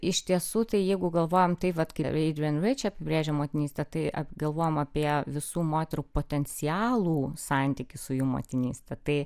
iš tiesų tai jeigu galvojam taip vat eidžen riči apibrėžia motinystę tai apgalvojam apie visų moterų potencialų santykį su jų motinyste tai